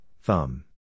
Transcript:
thumb